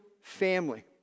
family